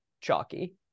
chalky